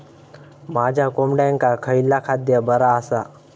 माझ्या कोंबड्यांका खयला खाद्य बरा आसा?